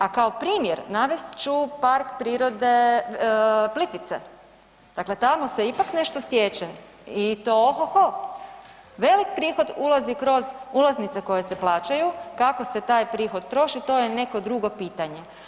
A kao primjer navest ću Park prirode Plitvice, dakle tamo se ipak nešto stječe i to ohoho, velik prihod ulazi kroz ulaznice koje se plaćaju, kako se taj prihod troši to je neko drugo pitanje.